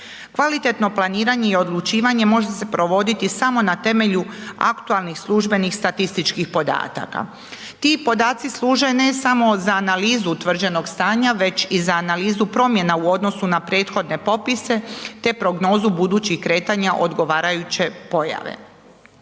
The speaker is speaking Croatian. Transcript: Kvalitetno planiranje i odlučivanje može se provoditi samo na temelju aktualnih službenih statističkih podataka. Ti podaci služe ne samo za analizu utvrđenog stanja, već i za analizu promjena u odnosu na prethodne popise te prognozu budućih kretanja odgovarajuće pojave.